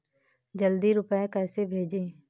जल्दी रूपए कैसे भेजें?